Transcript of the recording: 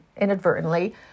inadvertently